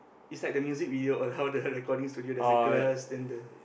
it's like the music video on how the recording studio there's a glass then the